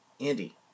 Andy